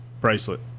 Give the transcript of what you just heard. bracelet